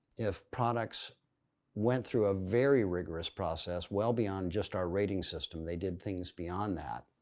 if products went through a very rigorous process, well beyond just our rating system, they did things beyond that,